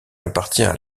appartient